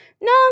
No